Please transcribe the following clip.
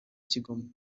kigoma